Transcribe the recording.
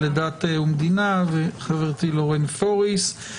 ולכן צריך לטבול שבע פעמים לפני כל מגבלה שנעשית פה וכל מושג שסתום.